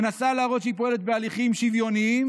מנסה להראות שהיא פועלת בהליכים שוויוניים,